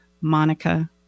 Monica